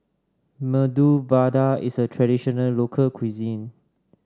Medu Vada is a traditional local cuisine